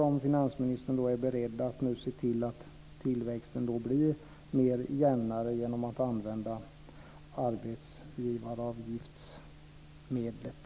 Är finansministern beredd att nu se till att tillväxten blir jämnare genom att använda arbetsgivaravgiftsmedlet?